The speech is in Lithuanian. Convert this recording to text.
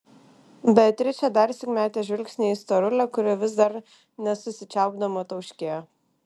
beatričė darsyk metė žvilgsnį į storulę kuri vis dar nesusičiaupdama tauškėjo